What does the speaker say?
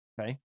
Okay